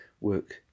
work